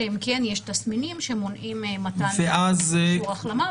אלא אם כן יש תסמינים שמונעים מתן אישור החלמה,